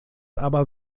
aber